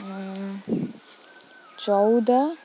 ଚଉଦ